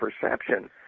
perception